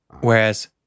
Whereas